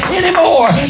anymore